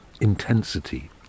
intensity